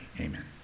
Amen